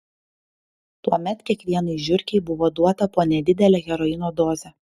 tuomet kiekvienai žiurkei buvo duota po nedidelę heroino dozę